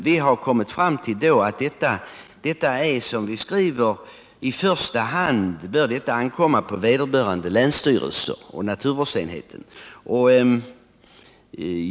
Vi har, som vi skriver i betänkandet, kommit fram till att detta i första hand bör ankomma på vederbörande länsstyrelse och naturvårdsenheten där.